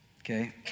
okay